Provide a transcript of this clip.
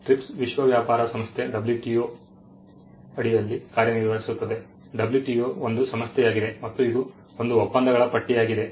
TRIPS ವಿಶ್ವ ವ್ಯಾಪಾರ ಸಂಸ್ಥೆ WTO ಅಡಿಯಲ್ಲಿ ಕಾರ್ಯನಿರ್ವಹಿಸುತ್ತದೆ WTO ಒಂದು ಸಂಸ್ಥೆಯಾಗಿದೆ ಮತ್ತು ಇದು ಒಂದು ಒಪ್ಪಂದಗಳ ಪಟ್ಟಿಯಾಗಿದೆ